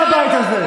לחם, עבודה.